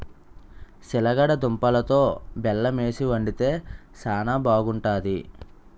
సిలగడ దుంపలలో బెల్లమేసి వండితే శానా బాగుంటాది